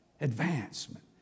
Advancement